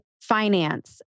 finance